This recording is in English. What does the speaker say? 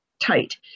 tight